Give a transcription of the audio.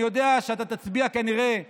אני יודע שאתה תצביע כנראה נגד,